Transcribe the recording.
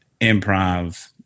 improv